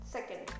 Second